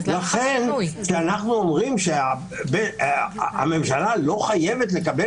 כשאנחנו אומרים שהממשלה לא חייבת לקבל